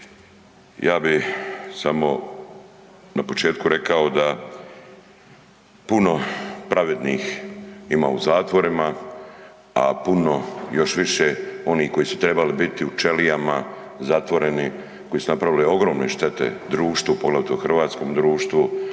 Ja bih samo na početku rekao da puno pravednih ima u zatvorima, a puno, još više onih koji su trebali biti u čelijama zatvoreni, koji su napravili ogromne štete društvu, poglavito hrvatskom društvu,